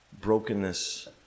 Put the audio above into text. Brokenness